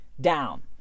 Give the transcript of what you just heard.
down